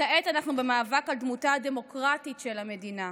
כעת אנחנו במאבק על דמותה הדמוקרטית של המדינה.